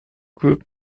group